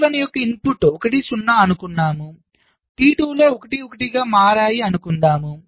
T1 యొక్క input 1 0 అనుకున్నాము T2 లో 1 1 గా మారాయి అనుకుందాం